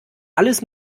alles